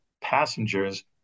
passengers